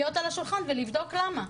להיות על השולחן ולבדוק למה.